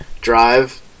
drive